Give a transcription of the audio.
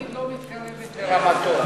תגיד: לא מתקרבת לרמתו.